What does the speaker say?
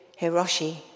Hiroshi